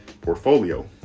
portfolio